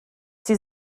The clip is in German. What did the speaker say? die